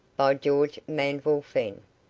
by george manville fenn.